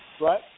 Right